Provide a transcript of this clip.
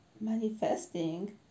manifesting